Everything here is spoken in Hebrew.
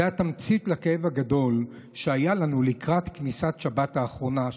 זו התמצית של הכאב הגדול שהיה לנו לקראת כניסת שבת האחרונה,